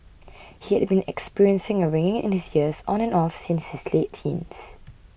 he had been experiencing a ringing in his ears on and off since his late teens